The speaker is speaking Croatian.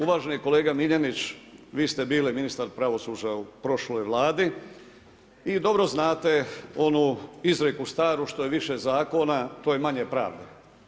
Uvaženi kolega Miljenić, vi ste bili ministar pravosuđa u prošloj Vladi i dobro znate onu izreku staru što je više zakona to je manje pravde.